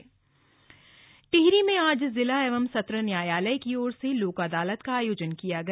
लोक अदालत टिहरी में आज जिला एवं सत्र न्यायालय की ओर से लोक अदालत का आयोजन किया गया